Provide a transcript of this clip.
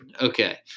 Okay